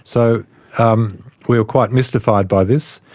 so um we were quite mystified by this.